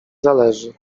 zależy